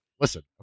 Listen